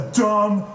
dumb